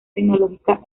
tecnológica